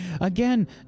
Again